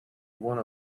one